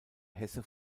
hesse